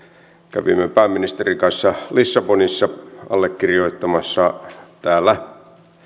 kävimme pääministerin kanssa lissabonissa allekirjoittamassa täällä